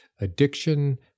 addiction